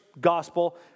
gospel